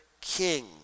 king